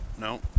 No